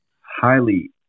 highly